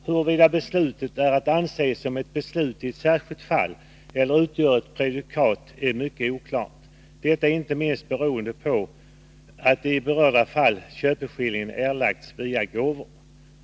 Huruvida beslutet är att anse som ett beslut i särskilt fall eller utgör ett prejudikat är mycket oklart, inte minst beroende på att köpeskillingen i berörda fall erlagts via gåvor.